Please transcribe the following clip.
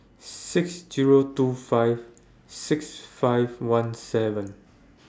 six Zero two five six five one seven